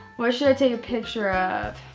what should i take a picture of?